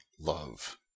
love